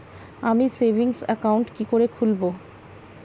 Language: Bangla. আমি সেভিংস অ্যাকাউন্ট কি করে খুলব?